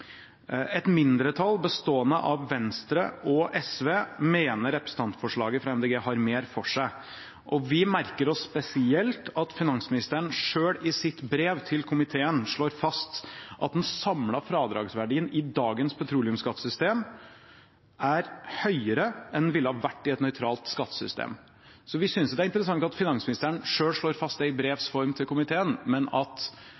Et mindretall, bestående av Venstre og SV, mener representantforslaget har mer for seg. Vi merker oss spesielt at finansministeren selv i sitt brev til komiteen slår fast at den samlede fradragsverdien i dagens petroleumsskattesystem er høyere enn den ville ha vært i et nøytralt skattesystem. Så vi synes det er interessant at finansministeren selv slår det fast i brevs form til komiteen, men at